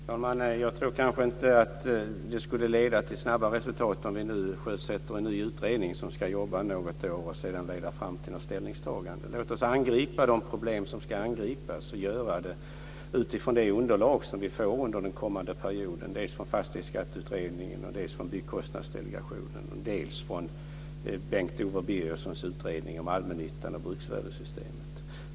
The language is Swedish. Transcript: Fru talman! Jag tror kanske inte att det leder till snabba resultat om vi sjösätter en ny utredning som ska jobba något år, och sedan ska det arbetet leda fram till något ställningstagande. Låt oss angripa de problem som ska angripas och göra det utifrån det underlag som vi får under den kommande perioden dels från Fastighetsskatteutredningen, dels från Byggkostnadsdelegationen. Det gäller också Bengt Owe Birgerssons utredning om allmännyttan och bruksvärdessystemet.